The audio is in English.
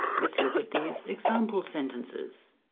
let's look at these example sentences